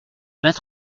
vingt